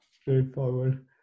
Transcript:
Straightforward